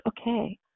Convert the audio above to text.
okay